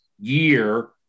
year